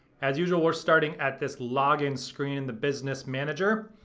as usual, we're starting at this login screen in the business manager.